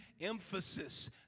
emphasis